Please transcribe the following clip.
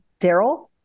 Daryl